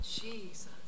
Jesus